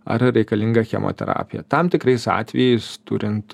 ar reikalinga chemoterapija tam tikrais atvejais turint